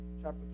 chapter